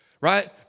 right